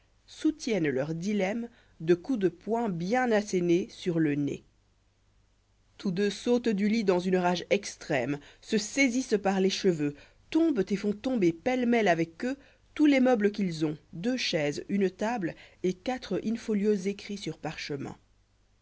soutiennent leur dilsraïuo t ia fables de coups de poing bien assenés sur le nez cous deux sautent du lit dans une rage extrême se saisissent par les cheveux tombent et font tomber pêle-mêle avec eux tous les meubles qu'ils ont deux chaises une table et quatre in-folios écrits sur parchemin